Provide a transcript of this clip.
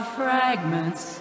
fragments